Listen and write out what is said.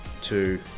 two